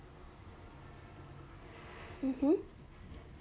mmhmm